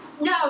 No